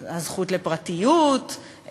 הזכות לפרטיות,